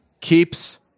Keeps